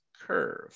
curve